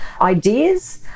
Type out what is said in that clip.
ideas